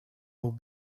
will